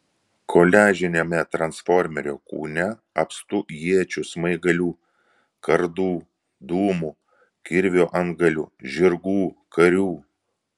koliažiniame transformerio kūne apstu iečių smaigalių kardų dūmų kirvio antgalių žirgų karių